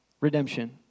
redemption